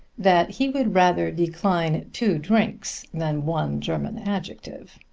that he would rather decline two drinks than one german adjective.